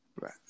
right